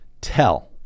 tell